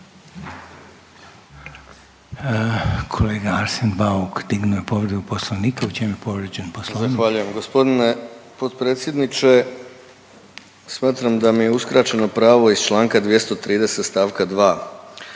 Kolega Arsen Bauk dignuo je povredu poslovnika. U čemu je povrijeđen poslovnik?